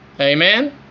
amen